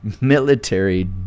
military